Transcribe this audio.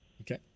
Okay